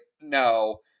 no